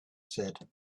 said